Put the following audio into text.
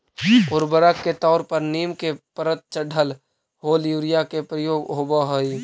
उर्वरक के तौर पर नीम के परत चढ़ल होल यूरिया के प्रयोग होवऽ हई